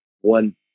One